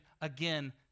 again